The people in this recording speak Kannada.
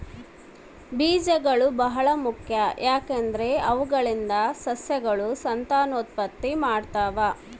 ಬೀಜಗಳು ಬಹಳ ಮುಖ್ಯ, ಯಾಕಂದ್ರೆ ಅವುಗಳಿಂದ ಸಸ್ಯಗಳು ಸಂತಾನೋತ್ಪತ್ತಿ ಮಾಡ್ತಾವ